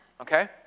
Okay